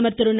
பிரதமர் திரு